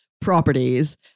properties